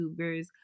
youtubers